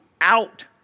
out